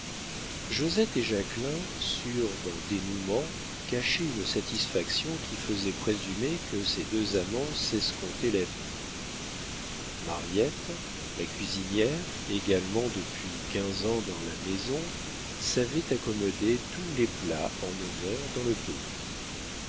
josette et jacquelin sûrs d'un dénoûment cachaient une satisfaction qui faisait présumer que ces deux amants s'escomptaient l'avenir mariette la cuisinière également depuis quinze ans dans la maison savait accommoder tous les plats en honneur dans le pays